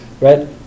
Right